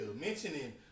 Mentioning